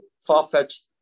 Far-fetched